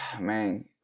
man